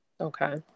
Okay